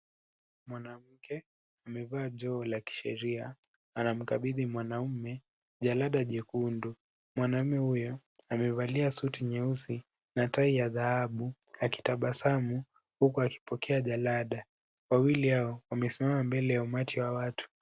Mwanamke amevaa joo la kisheria, anamkabidhi mwanaume jalada jekundu. Mwanamume huyo amevalia suti nyeusi na tai ya dhahabu akitabasamu huku akipokea jalada. Wawili hao wamesimama mbele ya umati wa watu.